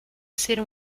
ser